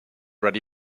ready